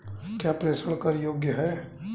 क्या प्रेषण कर योग्य हैं?